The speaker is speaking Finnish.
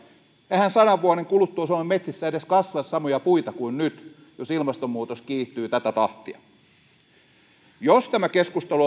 eihän sadan vuoden kuluttua suomen metsissä edes kasva samoja puita kuin nyt jos ilmastonmuutos kiihtyy tätä tahtia jos tämä keskustelu